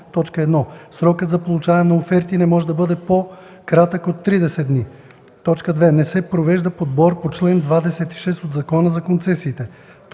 1: 1. срокът за получаване на оферти не може да бъде по-кратък от 30 дни; 2. не се провежда подбор по чл. 26 от Закона за концесиите;